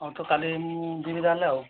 ହଁ ତ କାଲି ମୁଁ ଯିବି ତାହେଲେ ଆଉ